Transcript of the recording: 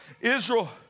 Israel